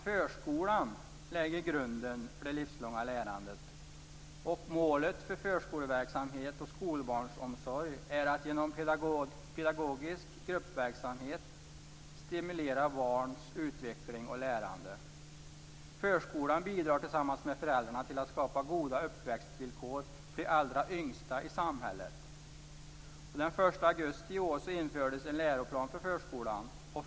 Förskolan lägger grunden för det livslånga lärandet, och målet för förskoleverksamhet och skolbarnsomsorg är att genom pedagogisk gruppverksamhet stimulera barns utveckling och lärande. Förskolan bidrar tillsammans med föräldrarna till att skapa goda uppväxtvillkor för de allra yngsta i samhället. Den 1 augusti i år infördes en läroplan för förskolan.